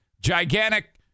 gigantic